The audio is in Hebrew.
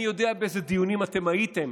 אני יודע באיזה דיונים אתם הייתם